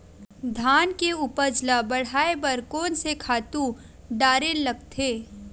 धान के उपज ल बढ़ाये बर कोन से खातु डारेल लगथे?